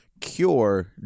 cure